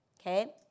okay